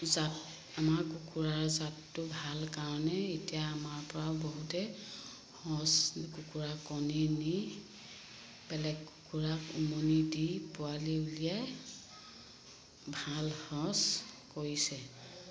জাত আমাৰ কুকুৰাৰ জাতটো ভাল কাৰণে এতিয়া আমাৰ পৰা বহুতে সঁচ কুকুৰা কণী নি বেলেগ কুকুৰাক উমনি দি পোৱালি উলিয়াই ভাল সঁচ কৰিছে